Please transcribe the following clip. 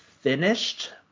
finished